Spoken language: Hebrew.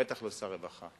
בטח לא שר רווחה,